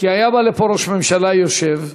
כי היה בא לפה ראש ממשלה, יושב,